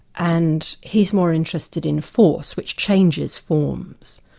and he's more interested in force which changes forms,